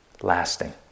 lasting